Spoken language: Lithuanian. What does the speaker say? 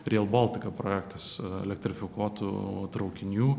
real baltika projektas elektrifikuotų traukinių